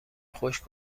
خوش